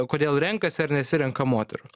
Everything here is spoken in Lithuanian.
kodėl renkasi ar nesirenka moterų